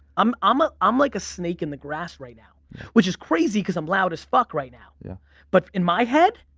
um um ah i'm like a snake in the grass right now which is crazy cause i'm loud as fuck right now yeah but in my head,